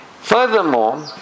Furthermore